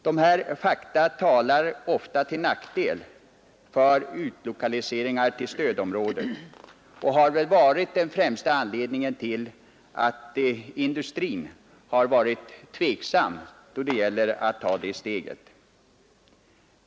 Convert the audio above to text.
Dessa fakta talar ofta till nackdel för utlokaliseringar till stödområden och har väl varit den främsta anledningen till att industrin varit tveksam då det gäller att ta det steget.